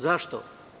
Zašto?